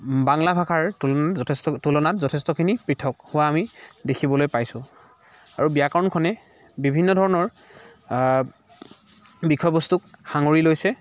বাংলা ভাষাৰ তুলনা যষ্ট তুলনাত যথেষ্টখিনি পৃথক হোৱা আমি দেখিবলৈ পাইছোঁ আৰু ব্যাকৰণখনেই বিভিন্ন ধৰণৰ বিষয়বস্তুক সাঙুৰি লৈছে